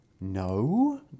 No